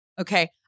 Okay